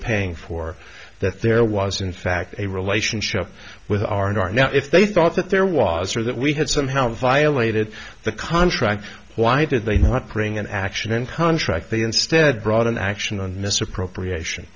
paying for that there was in fact a relationship with r and r now if they thought that there was or that we had somehow violated the contract why did they not bring an action contract they instead brought an action on misappropriation